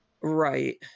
Right